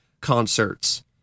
concerts